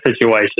situation